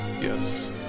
Yes